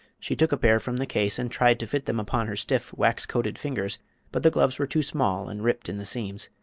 she took a pair from the case and tried to fit them upon her stiff, wax-coated fingers but the gloves were too small and ripped in the seams.